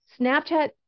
Snapchat